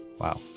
Wow